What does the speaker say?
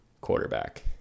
quarterback